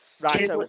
Right